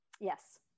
Yes